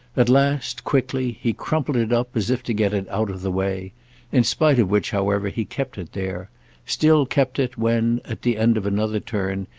at last, quickly, he crumpled it up as if to get it out of the way in spite of which, however, he kept it there still kept it when, at the end of another turn,